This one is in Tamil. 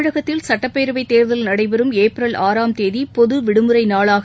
தமிழகத்தில் சட்டப்பேரவைத்தேர்தல் நடைபெறும் ஏப்ரல் ஆறாம் தேதி பொதுவிடுமுறை நாளாக